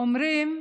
אומרים